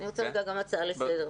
אני מצטרף לדבריך.